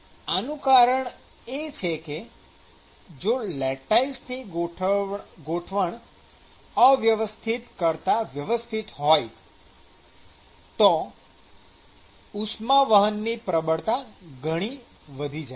આનું કારણ એ છે કે જો લેટાઈસની ગોઠવણ અવ્યવસ્થિત કરતાં વ્યવસ્થિત હોય તો ઉષ્માવહનની પ્રબળતા ઘણી વધી જાય છે